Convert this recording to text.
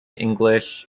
english